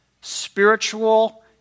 spiritual